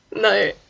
No